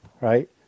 Right